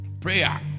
Prayer